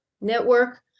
network